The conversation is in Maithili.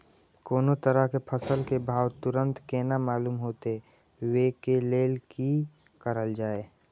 कोनो तरह के फसल के भाव तुरंत केना मालूम होते, वे के लेल की करल जाय?